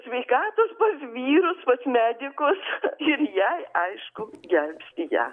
sveikatos pas vyrus pas medikus ir jei aišku gelbsti ją